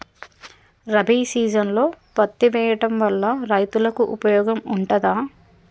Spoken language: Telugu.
రబీ సీజన్లో పత్తి వేయడం వల్ల రైతులకు ఉపయోగం ఉంటదా?